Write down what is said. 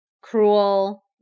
cruel